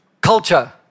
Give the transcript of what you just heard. Culture